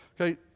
Okay